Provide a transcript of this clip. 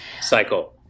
cycle